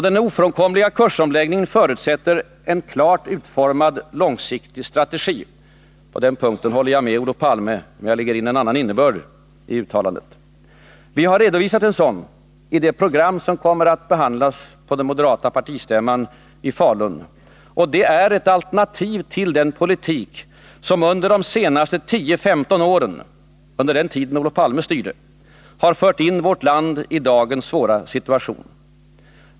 Den ofrånkomliga kursomläggningen förutsätter en klart utformad långsiktig strategi. På den punkten håller jag med Olof Palme, men jag lägger in en annan innebörd i hans uttalande. Vi moderater har redovisat en sådan strategi i det program som kommer att behandlas på den moderata partistämman i Falun. Det är ett alternativ till den politik som under de senaste 10-15 åren fört in vårt land i dagens svåra situation.